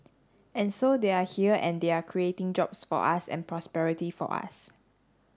and so they are here and they are creating jobs for us and prosperity for us